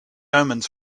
omens